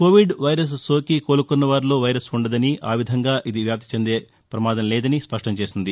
Covid virus సోకి కోలుకున్న వారిలో వైరస్ వుండదని ఆ విధంగా ఇది వ్యాప్తి చెందే ప్రమాదం వుండదని స్పష్ణం చేసింది